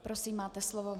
Prosím, máte slovo.